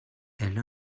elle